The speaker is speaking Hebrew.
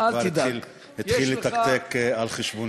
שכבר התחיל לתקתק על חשבוני.